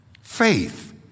Faith